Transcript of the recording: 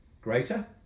greater